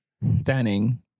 Stunning